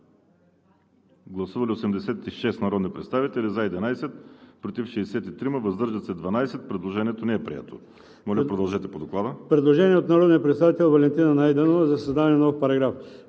Гласували 86 народни представители: за 11, против 63, въздържали се 12. Предложението не е прието. ДОКЛАДЧИК ХАСАН АДЕМОВ: Предложение от народния представител Валентина Найденова за създаване на нов параграф: